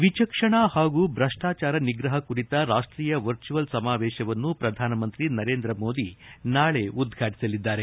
ವಿಚಕ್ಷಣಾ ಹಾಗೂ ಭ್ರಷ್ಲಾಚಾರ ನಿಗ್ರಹ ಕುರಿತ ರಾಷ್ಷೀಯ ವರ್ಚುಯಲ್ ಸಮಾವೇಶವನ್ನು ಪ್ರಧಾನಮಂತ್ರಿ ನರೇಂದ್ರ ಮೋದಿ ನಾಳೆ ಉದ್ವಾಟಿಸಲಿದ್ದಾರೆ